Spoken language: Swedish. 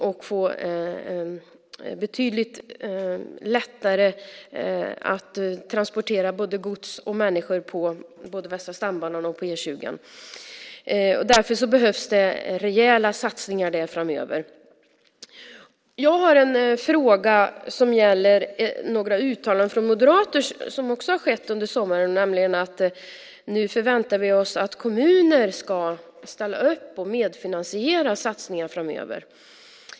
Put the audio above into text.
Det måste bli betydligt lättare att transportera gods och människor på Västra stambanan och E 20. Därför behövs det rejäla satsningar där framöver. Jag har en fråga som gäller några uttalanden som moderater har gjort under sommaren. Man förväntar sig att kommuner ska ställa upp och medfinansiera satsningar framöver.